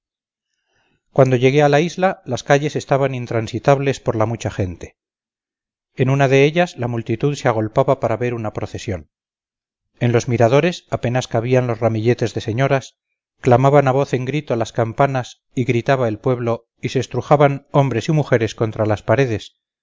cuando llegué a la isla las calles estaban intransitables por la mucha gente en una de ellas la multitud se agolpaba para ver una procesión en los miradores apenas cabían los ramilletes de señoras clamaban a voz en grito las campanas y gritaba el pueblo y se estrujaban hombres y mujeres contra las paredes